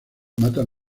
matan